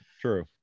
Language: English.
true